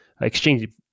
exchange